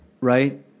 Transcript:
right